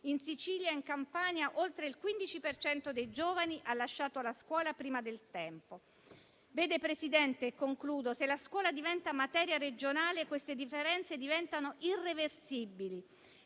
in Sicilia e in Campania oltre il 15 per cento dei giovani ha lasciato la scuola prima del tempo. Signor Presidente, in conclusione, se la scuola diventa materia regionale, queste differenze diventano irreversibili